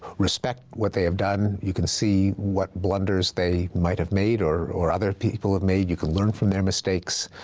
respect what they have done. you can see what blunders they might have made or or other people have made. you can learn from their mistakes.